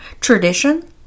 tradition